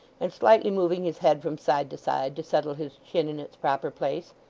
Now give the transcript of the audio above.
and slightly moving his head from side to side to settle his chin in its proper place.